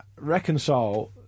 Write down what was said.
Reconcile